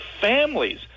families